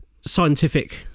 scientific